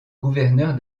gouverneur